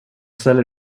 ställer